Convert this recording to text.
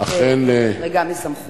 חריגה מסמכות.